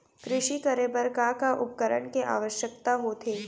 कृषि करे बर का का उपकरण के आवश्यकता होथे?